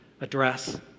address